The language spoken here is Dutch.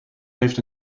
heeft